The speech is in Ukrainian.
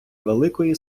великої